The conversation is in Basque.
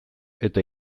eta